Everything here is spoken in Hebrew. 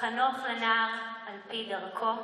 "חנֹך לנער על פי דרכו